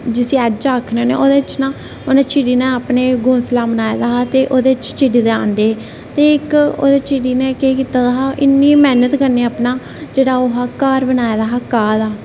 जिसी एज आखने होन्ने ओह्दे च ना उ'नें चिड़ी ने अपना घोंसला बनाए दा हा ते ओह्दे च चिड़ी दे अंडे हे ते इक ओह्दे च चिड़ी ने केह् कीते दा हा इन्नी मैह्नत कन्नै अपना जेह्ड़ा ओह् हा घर बनाए दा हा घाह् दा